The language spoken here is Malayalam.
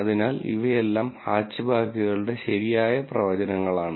അതിനാൽ ഇവയെല്ലാം ഹാച്ച്ബാക്കുകളുടെ ശരിയായ പ്രവചനങ്ങളാണ്